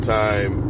time